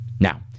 Now